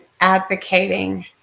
advocating